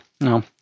no